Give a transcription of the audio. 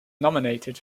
nominated